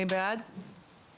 מי בעד המיזוג?